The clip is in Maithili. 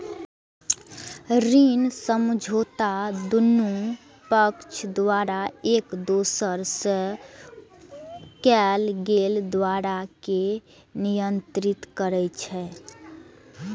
ऋण समझौता दुनू पक्ष द्वारा एक दोसरा सं कैल गेल वादा कें नियंत्रित करै छै